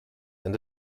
and